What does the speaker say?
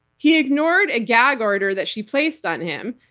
he ignored a gag order that she placed on him,